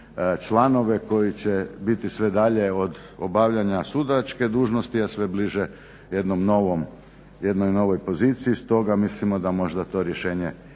članove koji će biti sve dalje od obavljanja sudačke dužnosti, a sve bliže jednoj novoj poziciji. Stoga mislimo da možda to rješenje